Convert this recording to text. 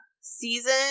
season